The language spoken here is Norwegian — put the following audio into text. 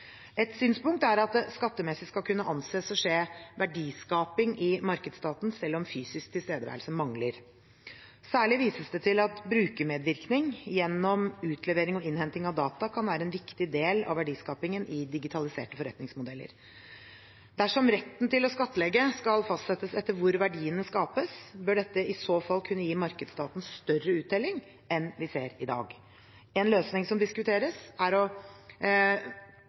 Et synspunkt er at det skattemessig skal kunne anses å skje verdiskaping i markedsstaten selv om fysisk tilstedeværelse mangler. Særlig vises det til at brukermedvirkning gjennom utlevering og innhenting av data kan være en viktig del av verdiskapingen i digitaliserte forretningsmodeller. Dersom retten til å skattlegge skal fastsettes etter hvor verdiene skapes, bør dette i så fall kunne gi markedsstaten større uttelling enn vi ser i dag. En løsning som diskuteres, er å